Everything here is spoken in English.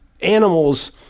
animals